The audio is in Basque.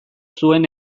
zuen